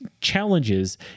challenges